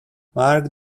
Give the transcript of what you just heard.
mark